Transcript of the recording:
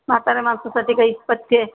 म्हाताऱ्या माणसांसाठी काही पथ्यं